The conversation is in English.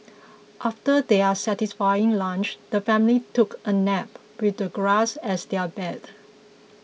after their satisfying lunch the family took a nap with the grass as their bed